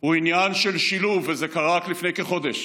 הוא עניין של שילוב, וזה קרה רק לפני כחודש,